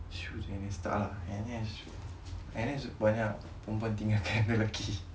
N_S tak lah N_S banyak perempuan tinggalkan lelaki